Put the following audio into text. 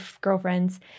girlfriends